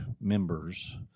members